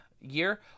year